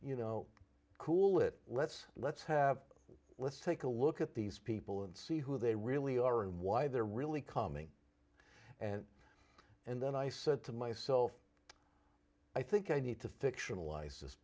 you know cool it let's let's have let's take a look at these people and see who they really are and why they're really coming and and then i said to myself i think i need to fictionalize